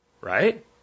right